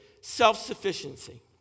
self-sufficiency